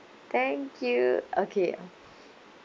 thank you okay